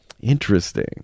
interesting